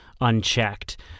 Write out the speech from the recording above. unchecked